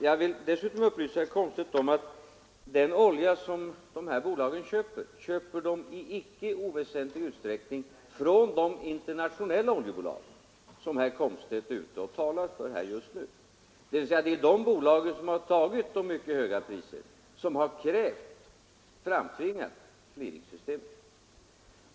Jag vill också upplysa herr Komstedt om att den olja som dessa bolag köper i icke oväsentlig utsträckning härrör från de internationella oljebolag som herr Komstedt talar för just nu. Det är alltså dessa bolag som tagit ut de mycket höga priserna som har framtvingat clearingsystemet.